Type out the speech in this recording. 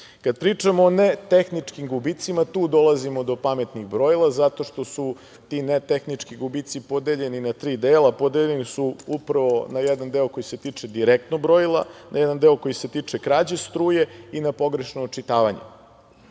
pričamo netehničkim gubicima, tu dolazimo do „pametnih brojila“, zato što su ti netehnički gubici podeljeni na tri dela, podeljeni su upravo na jedan deo koji se tiče direktno brojila, na jedan deo koji se tiče krađe struje i na pogrešno očitavanje. Znači,